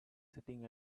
sitting